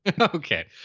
Okay